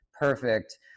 perfect